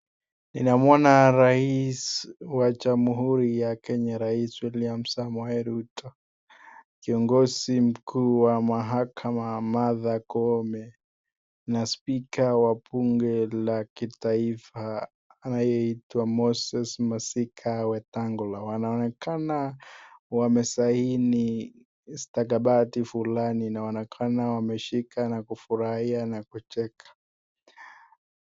Ninamuona rais wa jamhuri ya Kenya, rais William Samoei Ruto , kiongozi mkuu wa mahakama Martha Koome na spika wa bunge la kitaifa anayeitwa Moses Masika Wetangula wanaonekana wamesaini stakabathi fulani na wanaonekana wameshika na kufurahia na kucheka.